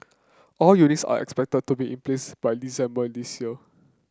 all units are expected to be in place by December this year